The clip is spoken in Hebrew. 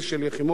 שלי יחימוביץ,